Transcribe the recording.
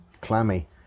clammy